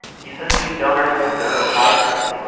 he says these donors deserve privacy,